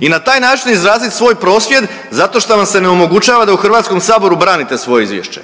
i na taj način izrazit svoj prosvjed zato što vam se ne omogućava da u HS-u branite svoje izvješće.